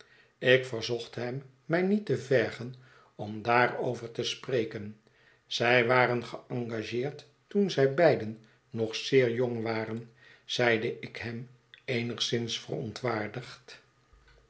ik verzocht hem mij niet te vergen om daarover te spreken zij waren geëngageerd toen zij beiden nog zéér jong waren zeide ik hem eenigszins